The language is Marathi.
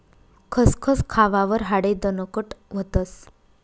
खसखस खावावर हाडे दणकट व्हतस